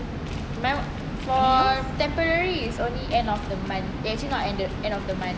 my [one] for temporary is only end of the month they actually not ended end of the month